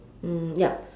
mm yup